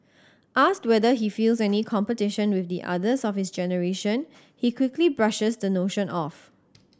asked whether he feels any competition with the others of his generation he quickly brushes the notion off